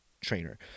trainer